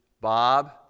Bob